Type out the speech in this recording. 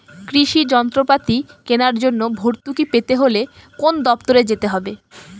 কৃষি যন্ত্রপাতি কেনার জন্য ভর্তুকি পেতে হলে কোন দপ্তরে যেতে হবে?